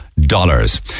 dollars